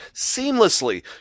seamlessly